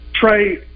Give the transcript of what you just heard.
Trey